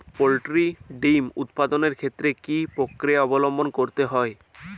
Poultry ডিম উৎপাদনের ক্ষেত্রে কি পক্রিয়া অবলম্বন করতে হয়?